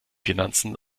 finanzen